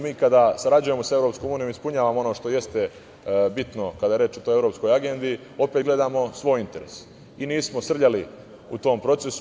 Mi kada sarađujemo sa EU ispunjavamo ono što jeste bitno kada je reč o toj evropskoj agendi, opet gledamo svoj interes i nismo srljali u tom procesu.